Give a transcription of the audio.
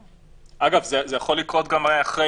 אגב, זה יכול לקרות גם אחרי